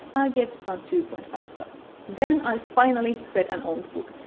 i gave this one two point five stars. then i finally read an owned book,